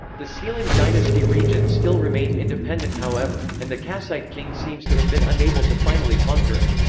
the sealand dynasty region still remained independent however, and the kassite king seems to have been unable to finally conquer it.